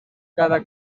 cada